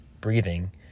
breathing